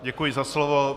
Děkuji za slovo.